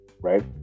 right